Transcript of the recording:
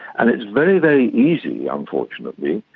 and it's very, very easy, unfortunately,